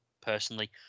personally